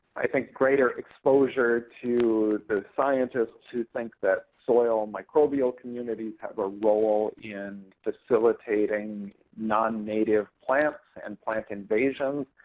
i think, greater exposure to the scientists who think that soil microbial communities have a role in facilitating non-native plants and plant invasion,